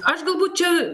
aš galbūt čia